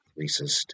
racist